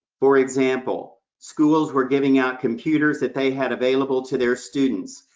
for example, schools were giving out computers that they had available to their students,